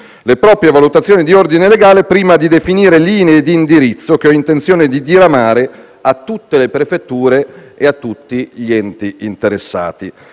le proprie valutazioni di ordine legale, prima di definire linee di indirizzo, che ho intenzione di diramare a tutte le prefetture e a tutti gli enti interessati.